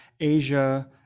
Asia